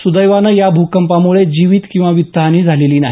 सुदैवानं या भूकंपामुळे जीवित किंवा वित्तहानी झालेली नाही